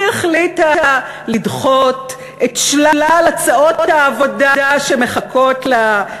היא החליטה לדחות את שלל הצעות העבודה שמחכות לה,